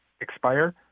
expire